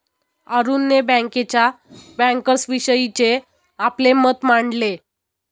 अरुणने बँकेच्या बँकर्सविषयीचे आपले मत मांडले